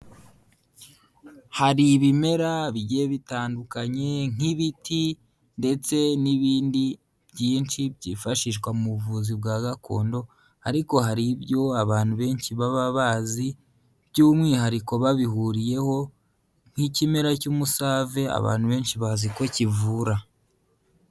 Hari ibimera bigiye bitandukanye nk'ibiti ndetse n'ibindi byinshi byifashishwa mu buvuzi bwa gakondo, ariko hari ibyo abantu benshi baba bazi by'umwihariko babihuriyeho nk'ikimera cy'umusave, abantu benshi bazi ko kivura.